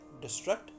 destruct